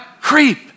creep